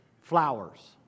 flowers